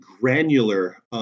granular